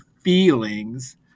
feelings